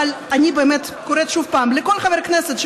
אבל אני באמת קוראת שוב פעם לכל חבר כנסת,